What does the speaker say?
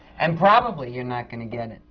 and probably you're not going to get it.